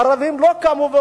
ערבים לא קמו,